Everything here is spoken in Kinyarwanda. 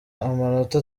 amanota